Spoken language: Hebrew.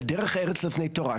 דרך ארץ לפני תורה,